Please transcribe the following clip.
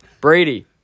Brady